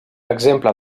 exemple